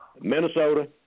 Minnesota